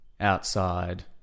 outside